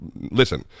listen